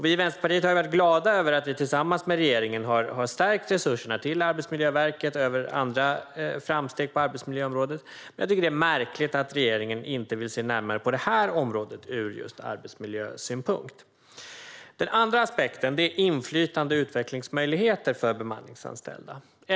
Vi i Vänsterpartiet har varit glada över att vi tillsammans med regeringen har stärkt resurserna till Arbetsmiljöverket och över andra framsteg på arbetsmiljöområdet. Men jag tycker att det är märkligt att regeringen inte vill se närmare på detta område ur just arbetsmiljösynpunkt. För det andra handlar det om aspekten inflytande och utvecklingsmöjligheter för bemanningsanställda.